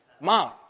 Mom